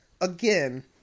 again